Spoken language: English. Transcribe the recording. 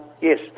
Yes